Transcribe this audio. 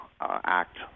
act